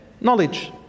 knowledge